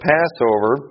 Passover